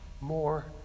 more